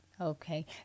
Okay